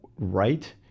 right